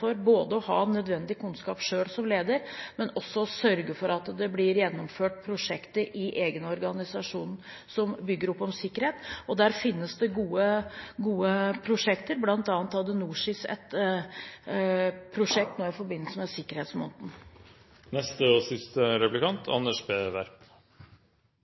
både å ha nødvendig kunnskap selv som leder og også å sørge for at det blir gjennomført prosjekter i organisasjonen som bygger opp om sikkerhet. Der finnes det gode prosjekter, bl.a. hadde NorSIS et prosjekt i forbindelse med sikkerhetsmåneden.